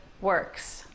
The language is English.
works